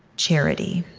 charity